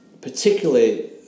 particularly